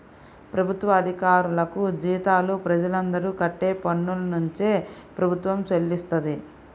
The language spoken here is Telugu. ప్రభుత్వ అధికారులకు జీతాలు ప్రజలందరూ కట్టే పన్నునుంచే ప్రభుత్వం చెల్లిస్తది